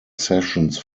sessions